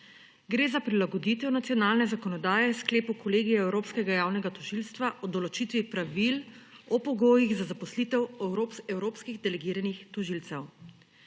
Gre za prilagoditev nacionalne zakonodaje sklepu kolegija Evropskega javnega tožilstva o določitvi pravil o pogojih za zaposlitev evropskih delegiranih tožilcev.